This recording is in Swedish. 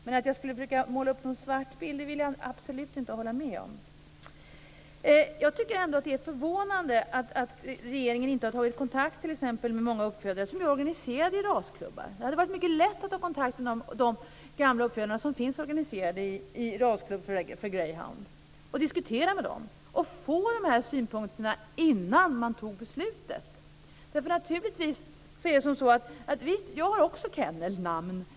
Men att jag skulle försöka måla upp en svart bild vill jag absolut inte hålla med om. Jag tycker ändå att det är förvånande att regeringen inte har tagit kontakt med t.ex. många av de uppfödare som är organiserade i rasklubbar. Det hade varit mycket lätt att ta kontakt med de gamla uppfödare som finns organiserade i rasklubb för greyhound och diskutera med dem. Då hade man fått de här synpunkterna innan man fattade beslutet. Jag har ju också kennelnamn.